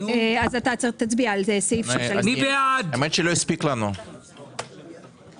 מי בעד קבלת ההסתייגות?